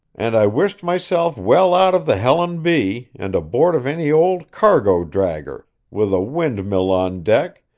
and i wished myself well out of the helen b, and aboard of any old cargo-dragger, with a windmill on deck,